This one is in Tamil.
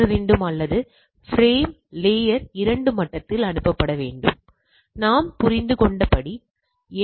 நாம் கை வர்க்க பரவல் பற்றி பேசுவோம் பின்னர் கை வர்க்க சோதனை